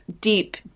deep